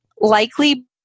likely